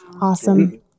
Awesome